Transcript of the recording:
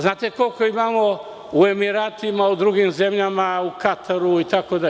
Znate koliko imamo u Emiratima, u drugim zemljama, u Kataru, itd?